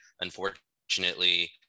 Unfortunately